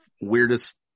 weirdest